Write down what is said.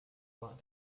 what